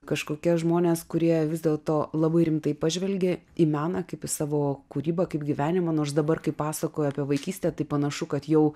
kažkokie žmonės kurie vis dėl to labai rimtai pažvelgė į meną kaip į savo kūrybą kaip gyvenimą nors dabar kai pasakoja apie vaikystę tai panašu kad jau